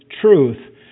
truth